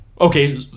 okay